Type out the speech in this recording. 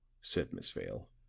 said miss vale,